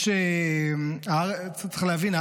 צריך להבין,